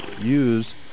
use